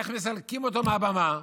איך מסלקים אותו מהבמה?